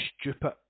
stupid